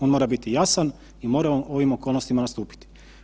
On mora biti jasan i mora u ovim okolnostima nastupiti.